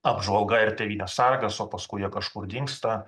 apžvalga ir tėvynės sargas o paskui jie kažkur dingsta